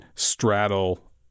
straddle